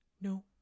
No